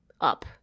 up